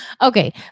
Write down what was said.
Okay